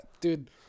Dude